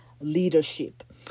leadership